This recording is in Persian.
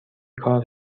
کار